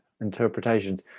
interpretations